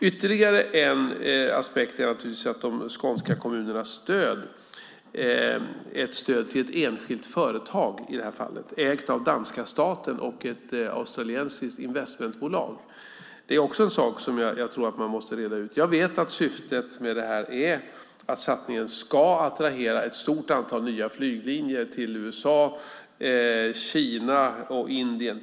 Ytterligare en aspekt är naturligtvis att de skånska kommunernas stöd i det här fallet går till ett enskilt företag som ägs av danska staten och ett australiensiskt investmentbolag. Det är också en sak som måste redas ut. Jag vet ju att syftet är att satsningen ska attrahera nya flyglinjer till exempelvis USA, Kina och Indien.